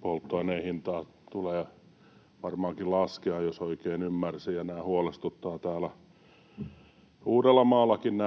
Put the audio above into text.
polttoaineen hintaa tulee varmaankin laskea, jos oikein ymmärsin, ja että nämä hinnat huolestuttavat täällä Uudellamaallakin.